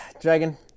dragon